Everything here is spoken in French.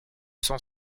sont